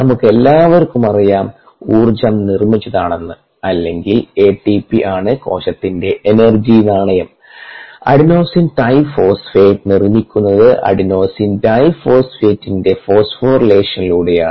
നമുക്കെല്ലാവർക്കും അറിയാം ഊർജ്ജം നിർമ്മിച്ചതാണെന്ന് അല്ലെങ്കിൽ എടിപി ആണ് കോശത്തിന്റെ എനർജി നാണയം അഡെനോസിൻ ട്രൈഫോസ്ഫേറ്റ് നിർമ്മിക്കുന്നത് അഡെനോസിൻ ഡിഫോസ്ഫേറ്റിന്റെ ADP ഫോപ്സ്ഫോറിലേഷനിലൂടെയാണ്